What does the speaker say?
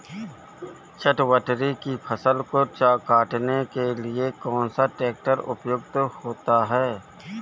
चटवटरी की फसल को काटने के लिए कौन सा ट्रैक्टर उपयुक्त होता है?